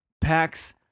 packs